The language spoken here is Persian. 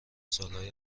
سالهای